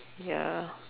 ya